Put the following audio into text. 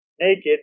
naked